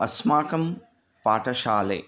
अस्माकं पाठशाले